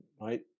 right